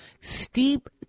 Steep